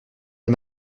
est